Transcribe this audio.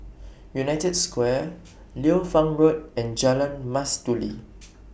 United Square Liu Fang Road and Jalan Mastuli